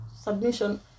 submission